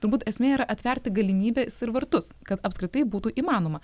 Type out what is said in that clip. turbūt esmė yra atverti galimybes ir vartus kad apskritai būtų įmanoma